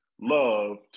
love